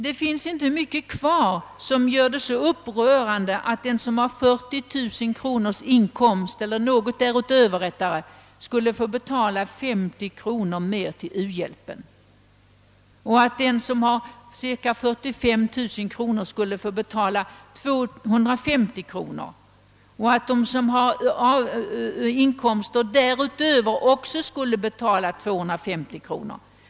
Det finns inte så mycket kvar som gör det så upprörande att den som har något över 40000 kronor i inkomst skulle få betala 50 kronor mer till u-hjälpen och att den som har cirka 45 000 kronor skulle få betala 150 kronor och att de som har inkomster därutöver också skulle betala 250 kronor.